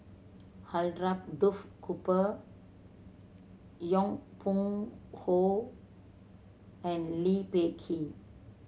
Alfred Duff Cooper Yong Pung How and Lee Peh Gee